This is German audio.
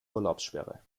urlaubssperre